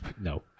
No